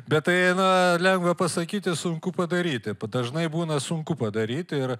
bet tai na lengva pasakyti sunku padaryti pat dažnai būna sunku padaryti ir